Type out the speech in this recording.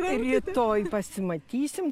rytoj pasimatysim